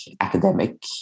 academic